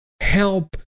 Help